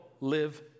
live